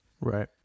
right